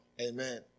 amen